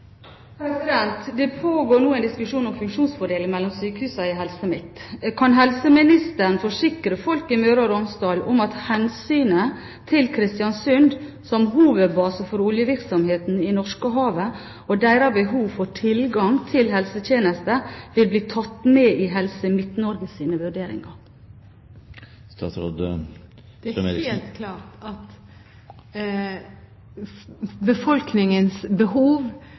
Det pågår nå en diskusjon om funksjonsfordeling mellom sykehusene i Helse Midt-Norge. Kan helseministeren forsikre folk i Møre og Romsdal om at hensynet til Kristiansund som hovedbase for oljevirksomheten i Norskehavet og deres behov for tilgang til helsetjenester vil bli tatt med i Helse Midt-Norges vurderinger? Det er helt klart at befolkningens behov